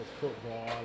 football